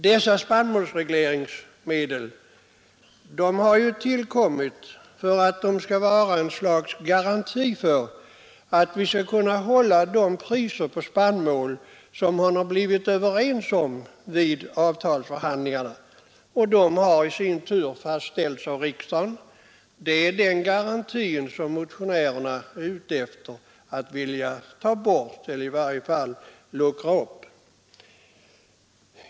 Dessa spannmålsregleringsavgifter har tillkommit för att vara en garanti för att vi skall kunna hålla de priser på spannmål som överenskommits vid avtalsförhandlingar, och avgifterna har fastställts av riksdagen. Det är den garantin som motionärerna vill ta bort eller i varje fall luckra upp.